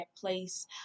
place